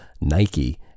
Nike